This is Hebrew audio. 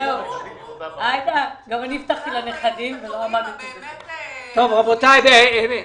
ראינו את התורים הבאמת הזויים מול חנויות